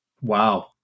Wow